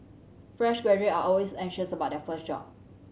fresh graduate are always anxious about their first job